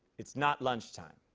it's not lunchtime.